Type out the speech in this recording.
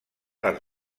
les